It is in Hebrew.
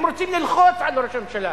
הם רוצים ללחוץ על ראש הממשלה.